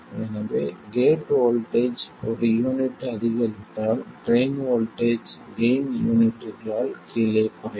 எனவே gate voltage ஒரு unit அதிகரித்தால் ட்ரைன் வோல்ட்டேஜ் கெய்ன் யூனிட்களால் கீழே குறையும்